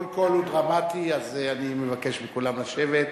כל קול הוא דרמטי, אז אני מבקש מכולם לשבת.